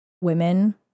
women